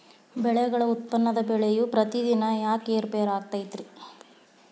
ಬೆಳೆಗಳ ಉತ್ಪನ್ನದ ಬೆಲೆಯು ಪ್ರತಿದಿನ ಯಾಕ ಏರು ಪೇರು ಆಗುತ್ತೈತರೇ?